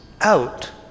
out